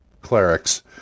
clerics